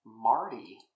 Marty